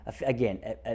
again